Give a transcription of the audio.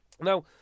Now